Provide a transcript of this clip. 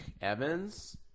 Evans